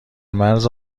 مرز